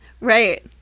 right